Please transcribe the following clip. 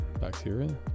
Bacteria